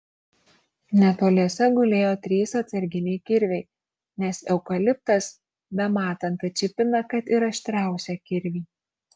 netoliese gulėjo trys atsarginiai kirviai nes eukaliptas bematant atšipina kad ir aštriausią kirvį